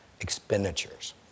expenditures